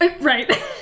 Right